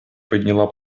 подняла